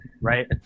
right